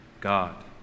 God